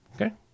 Okay